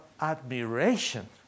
admiration